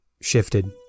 shifted